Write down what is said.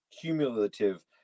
cumulative